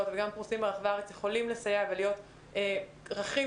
שמסיים תואר ראשון או שני מקבל נקודת חצי נקודת מס